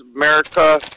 America